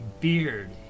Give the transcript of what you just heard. beard